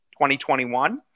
2021